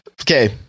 okay